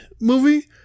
movie